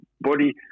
body